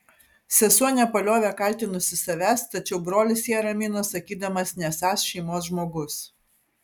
sesuo nepaliovė kaltinusi savęs tačiau brolis ją ramino sakydamas nesąs šeimos žmogus